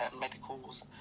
medicals